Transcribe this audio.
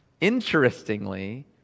Interestingly